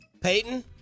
Peyton